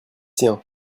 siens